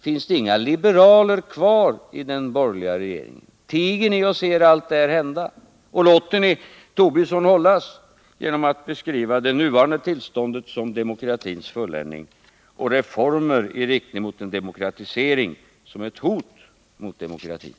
Finns det inga liberaler kvar i den borgerliga regeringen? Tiger ni bara och ser allt det här hända, och låter ni herr Tobisson hållas när han beskriver det nuvarande tillståndet som demokratins fulländning och reformer i riktning mot en demokratisering som ett hot mot demokratin?